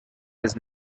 has